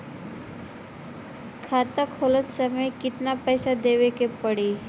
खाता खोलत समय कितना पैसा देवे के पड़ी?